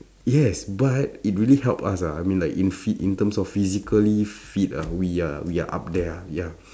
yes but it really help us ah I mean like in phy~ in terms of physically fit ah we are we are up there ya